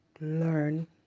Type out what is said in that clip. learn